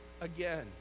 again